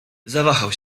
zawahał